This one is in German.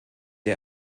der